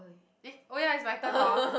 eh oh ya is my turn hor